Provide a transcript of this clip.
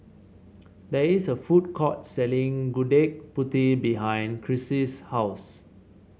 there is a food court selling Gudeg Putih behind Crissy's house